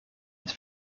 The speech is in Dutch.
het